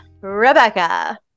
Rebecca